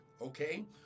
Okay